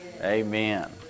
Amen